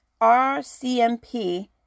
RCMP